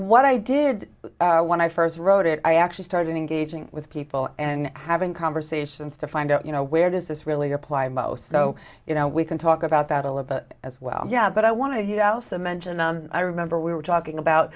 what i did when i first wrote it i actually started engaging with people and having conversations to find out you know where does this really apply most so you know we can talk about that a little bit as well yeah but i want to you know mentioned i remember we were talking about